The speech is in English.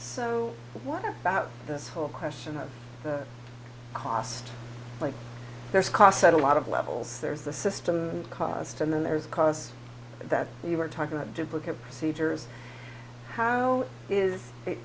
so what about this whole question of the cost like there's a cost side a lot of levels there's the system cost and then there's cause that we were trying to duplicate procedures how is it